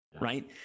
right